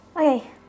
Okay